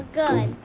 good